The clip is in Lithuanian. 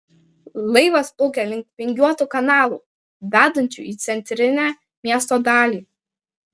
laivas plaukė link vingiuotų kanalų vedančių į centrinę miesto dalį